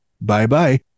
Bye-bye